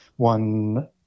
one